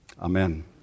Amen